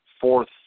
Fourth